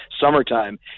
summertime